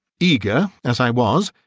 eager as i was,